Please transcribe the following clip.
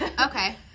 Okay